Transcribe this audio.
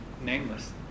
nameless